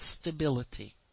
stability